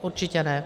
Určitě ne.